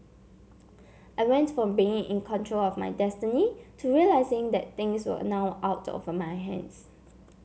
I went from being in control of my destiny to realising that things were now out of my hands